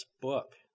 book